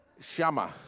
Shama